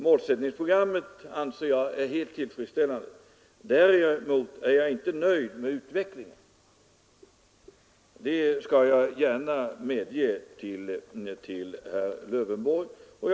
Målsättningsprogrammet anser jag vara helt tillfredsställande. Däremot är jag inte nöjd med utvecklingen — det skall jag gärna medge till herr Lövenborg.